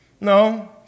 No